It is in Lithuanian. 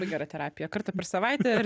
gera terapija kartą per savaitę